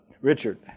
Richard